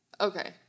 Okay